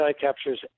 captures